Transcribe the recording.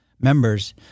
members